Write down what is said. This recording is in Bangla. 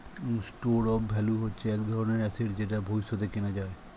স্টোর অফ ভ্যালু হচ্ছে এক ধরনের অ্যাসেট যেটা ভবিষ্যতে কেনা যায়